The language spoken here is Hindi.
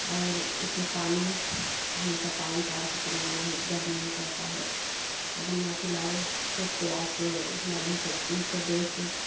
और उसे पानी हमेशा टाइम टाइम से पिलाना भी गर्मी में पड़ता है अगर ना पिलाए तो प्यास से वो मर भी सकती है उसको देखरेख